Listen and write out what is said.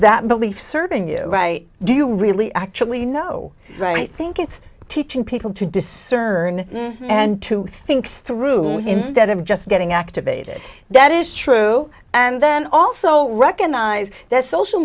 that belief serving you right do you really actually know right think it's teaching people to discern and to think through instead of just getting activated that is true and then also recognize that social